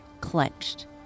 clenched